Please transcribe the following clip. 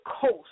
coast